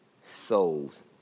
souls